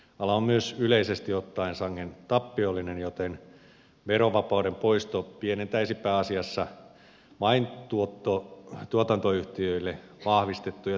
ala on myös yleisesti ottaen sangen tappiollinen joten verovapauden poisto pienentäisi pääasiassa vain tuotantoyhtiöille vahvistettuja tappioita